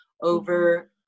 over